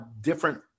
different